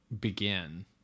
begin